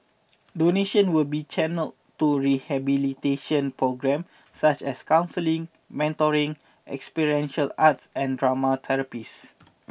donations will be channelled to rehabilitation programme such as counselling mentoring experiential art and drama therapies